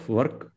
work